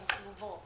הן שלובות.